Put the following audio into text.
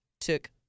Took